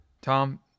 Tom